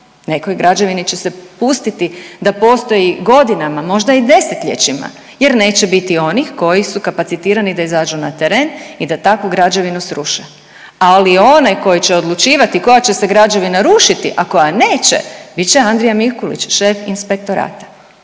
Nekoj građevini će se pustiti da postoji godinama, možda i desetljećima jer neće biti onih koji su kapacitirani da izađu na teren i da takvu građevinu sruše. Ali onaj koji će odlučivati koja će se građevina rušiti ili koja neće bit će Andrija Mikulić šef inspektorata.